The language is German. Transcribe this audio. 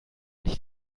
nicht